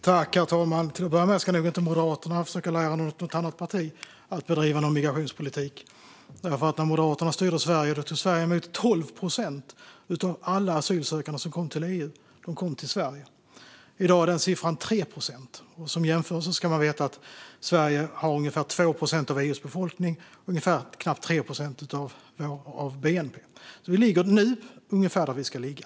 Herr talman! Till att börja med ska nog inte Moderaterna försöka lära något annat parti att bedriva migrationspolitik. När Moderaterna styrde Sverige tog Sverige emot 12 procent av alla asylsökande som kom till EU. De kom till Sverige. I dag är den siffran 3 procent. Som jämförelse ska man veta att Sverige har ungefär 2 procent av EU:s befolkning och knappt 3 procent av EU:s bnp. Vi ligger nu ungefär där vi ska ligga.